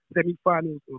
semi-finals